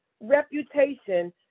reputation